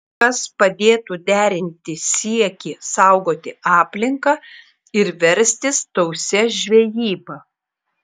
kas padėtų derinti siekį saugoti aplinką ir verstis tausia žvejyba